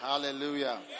Hallelujah